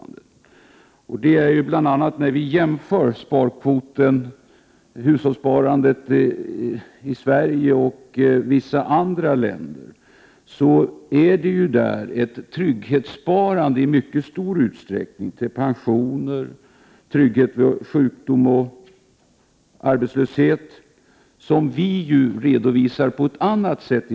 När man jämför hushållssparandet i Sverige med sparandet i vissa andra länder, finner man att det i utlandet i mycket stor utsträckning är ett trygghetssparande med tanke på pensioner, sjukdom och arbetslöshet.